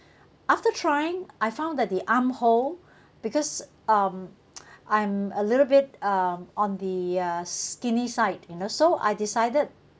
after trying I found that the armhole because um I'm a little bit um on the uh skinny side you know so I decided